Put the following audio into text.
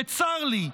בצר לי,